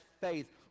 faith